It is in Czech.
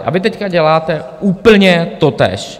A vy teď děláte úplně totéž.